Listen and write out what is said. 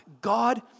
God